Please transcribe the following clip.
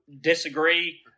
disagree